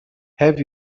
have